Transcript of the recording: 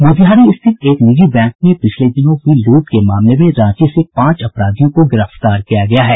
मोतिहारी स्थित एक निजी बैंक में पिछले दिनों हुई लूट के मामले में रांची से पांच अपराधियों को गिरफ्तार किया गया है